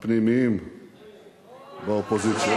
הפנימיים באופוזיציה,